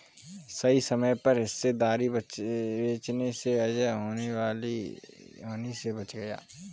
सही समय पर हिस्सेदारी बेचने से अजय होने वाली हानि से बच गया